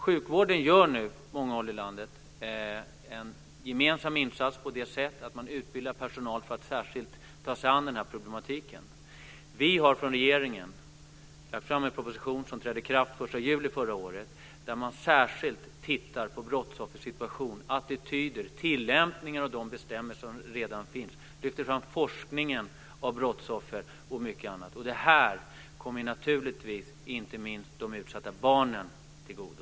Sjukvården gör nu på många håll i landet en gemensam insats på det sättet att man utbildar personal i att särskilt ta sig an den här problematiken. Vi har från regeringen lagt fram en proposition som trädde i kraft den 1 juli förra året där det särskilt tittas på brottsoffers situation, attityder, tillämpningar av de bestämmelser som redan finns, forskningen kring brottsoffer och mycket annat. Det här kommer naturligtvis inte minst de utsatta barnen till godo.